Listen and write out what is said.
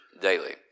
daily